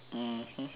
mmhmm